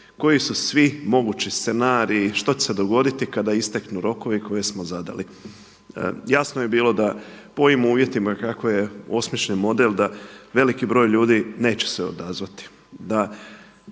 koji su svi mogući scenariji, što će se dogoditi kada isteknu rokovi koje smo zadali. Jasno je bio da po ovim uvjetima kako je osmišljen model da veliki broj ljudi neće se odazvati,